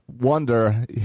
wonder